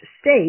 state